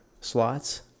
slots